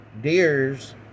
deers